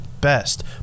best